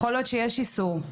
יכול להיות שיש איסור,